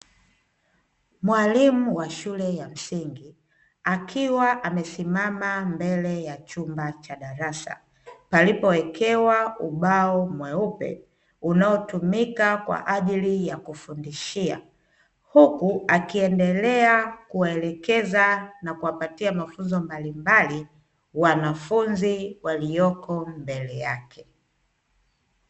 Mwalimu wa shule ya msingi akiwa amesimama mbele ya chumba cha darasa palipowekewa ubao mweupe unaotumika kwa ajili ya kufundishia, huku akiendelea kuwaelekeza na kuwapatia mafunzo mbalimbali wanafunzi walioko mbele yake.